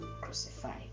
crucified